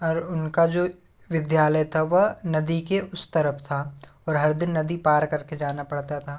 और उनका जो विद्यालय था वह नदी के उस तरफ था और हर दिन नदी पार करके जाना पड़ता था